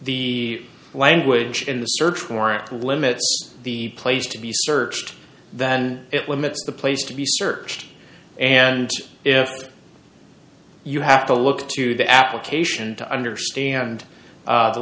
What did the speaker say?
the language in the search warrant limits the place to be searched than it limits the place to be searched and if you have to look to the application to understand